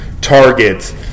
targets